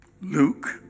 Luke